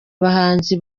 bahanzi